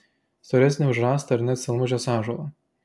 storesnį už rąstą ar net stelmužės ąžuolą